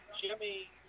Jimmy